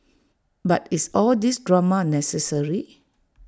but is all these drama necessary